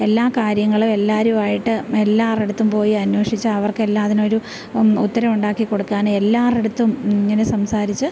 എല്ലാ കാര്യങ്ങളും എല്ലാരുമായിട്ട് നമ്മൾ എല്ലാവരുടെ അടുത്തും പോയി അന്വേഷിച്ച് അവർക്ക് എല്ലാം അതിന് ഒരു ഉത്തരം ഉണ്ടാക്കി കൊടുക്കാൻ എല്ലാവരുടെ അടുത്തും ഇങ്ങനെ സംസാരിച്ച്